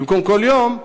במקום כל יום,